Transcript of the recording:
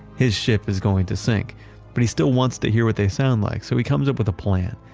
his ship is going to sink but he still wants to hear what they sound like, so he comes up with a plan.